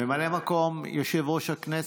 ממלא מקום יושב-ראש הכנסת,